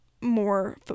more